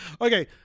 okay